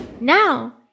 Now